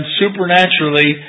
supernaturally